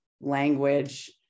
language